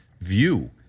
view